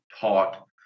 taught